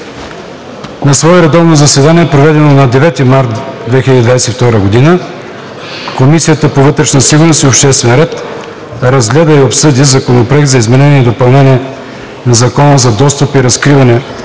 На свое редовно заседание, проведено на 9 март 2022 г., Комисията по вътрешна сигурност и обществен ред разгледа и обсъди Законопроект за изменение и допълнение на Закона за достъп и разкриване